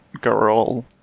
girl